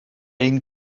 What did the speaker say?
ein